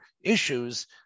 issues